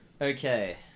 Okay